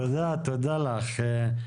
תודה לך.